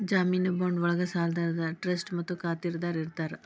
ಜಾಮೇನು ಬಾಂಡ್ ಒಳ್ಗ ಸಾಲದಾತ ಟ್ರಸ್ಟಿ ಮತ್ತ ಖಾತರಿದಾರ ಇರ್ತಾರ